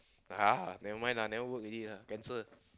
uh never mind lah never work already lah cancel